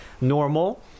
normal